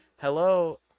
hello